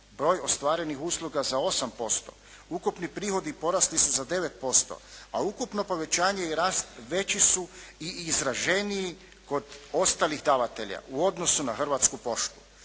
Broj ostvarenih usluga za 8%. Ukupni prihodi porasli su 9%, a ukupno povećanje i rast veći su i izraženiji kod ostalih davatelja u odnosu na Hrvatsku poštu,